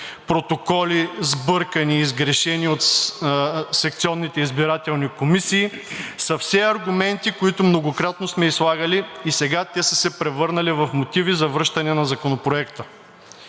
би хиляди, сбъркани и сгрешени протоколи от секционните избирателни комисии, са все аргументи, които многократно сме излагали и сега те са се превърнали в мотиви за връщане на Законопроекта.